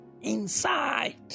inside